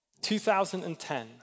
2010